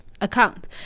account